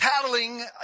Paddling